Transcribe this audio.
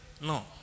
No